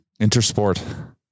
InterSport